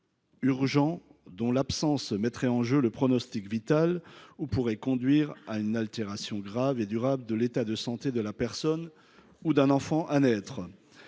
urgents dont l’absence mettrait en jeu le pronostic vital ou pourrait conduire à une altération grave et durable de l’état de santé de la personne ou d’un enfant à naître